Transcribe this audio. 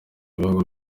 bihugu